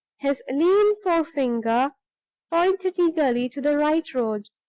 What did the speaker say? his lean forefinger pointed eagerly to the right road.